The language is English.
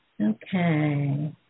Okay